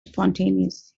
spontaneous